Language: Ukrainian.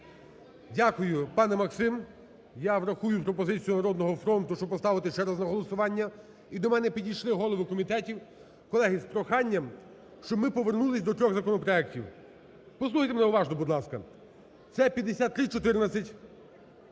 Дякую, пане Максим. Я врахую пропозицію "Народного фронту", щоб поставити ще раз на голосування. І до мене підійшли голови комітетів, колеги, з проханням, щоб ми повернулись до трьох законопроектів, послухайте мене уважно, будь ласка. Це 5314,